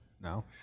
No